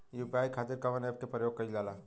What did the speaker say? UPI खातीर कवन ऐपके प्रयोग कइलजाला?